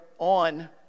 on